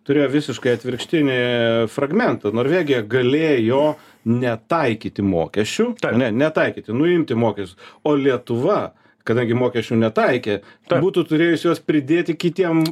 turėjo visiškai atvirkštinį fragmentą norvegija galėjo netaikyti mokesčių ne ne taikyti nuimti mokes o lietuva kadangi mokesčių netaikė tai būtų turėjus juo pridėti kitiem